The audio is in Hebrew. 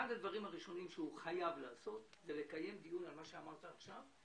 אחד הדברים הראשונים שהוא חייב לעשות זה לקיים דיון על מה שאמרת עכשיו,